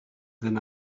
then